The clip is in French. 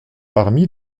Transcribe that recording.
parmi